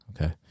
Okay